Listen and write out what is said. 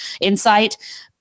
insight